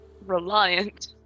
reliant